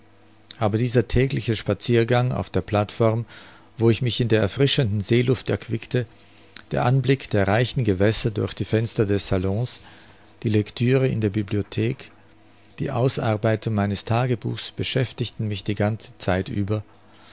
aber dieser tägliche spaziergang auf der plateform wo ich mich in der erfrischenden seeluft erquickte der anblick der reichen gewässer durch die fenster des salon die lectüre in der bibliothek die ausarbeitung meines tagebuchs beschäftigten mich die ganze zeit über